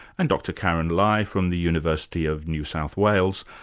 and dr karyn lai from the university of new south wales,